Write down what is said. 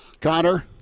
Connor